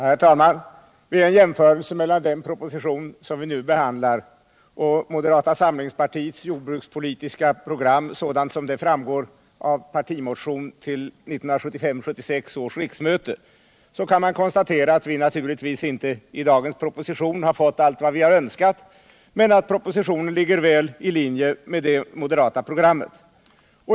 Herr talman! Vid en jämförelse mellan den proposition som vi nu behandlar och moderata samlingspartiets jordbrukspolitiska program, sådant det framgår av partimotion till 1975/76 års riksmöte, kan man konstatera att vi naturligtvis inte med dagens proposition fått allt vad vi har önskat men att propositionen ligger väl i linje med det moderata programmet.